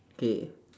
okay